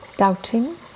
doubting